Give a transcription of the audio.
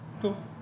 Cool